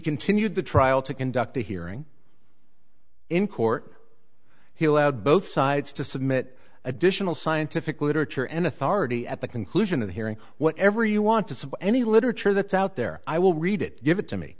continued the trial to conduct a hearing in court he allowed both sides to submit additional scientific literature and authority at the conclusion of the hearing whatever you want to see any literature that's out there i will read it give it to me